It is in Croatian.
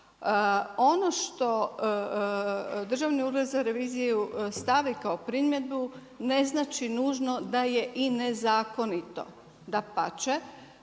Ono što Državni ured za reviziju stavi kao primjedbu ne znači nužno da je i nezakonito, dapače.